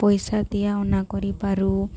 ପଇସା ଦିଆନିଆ କରିପାରୁ